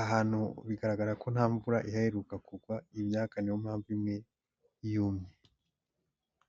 ahantu bigaragara ko nta mvura iheheruka kugwa, imyaka ni yo mpamvu imwe yumye.